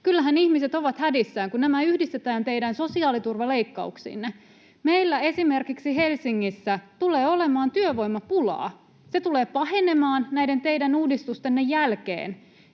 Kyllähän ihmiset ovat hädissään, kun nämä yhdistetään teidän sosiaaliturvaleikkauksiinne. Meillä esimerkiksi Helsingissä tulee olemaan työvoimapulaa. Se tulee pahenemaan näiden teidän uudistustenne jälkeen,